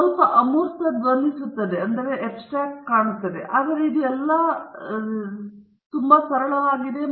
ಸ್ವಲ್ಪ ಅಮೂರ್ತ ಧ್ವನಿಸುತ್ತದೆ ಆದರೆ ಇದು ಎಲ್ಲಾ ನಂತರ ಸಾಕಷ್ಟು ನೇರವಾಗಿದೆ